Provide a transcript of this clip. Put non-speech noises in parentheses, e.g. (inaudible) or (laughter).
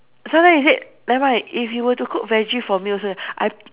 so then is it never mind if you were to cook veggie for me also (noise) I